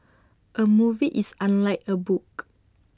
A movie is unlike A book